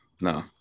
No